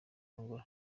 angola